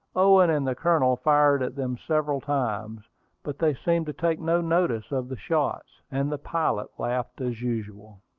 owen and the colonel fired at them several times but they seemed to take no notice of the shots, and the pilot laughed as usual.